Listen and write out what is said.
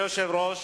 אדוני היושב-ראש,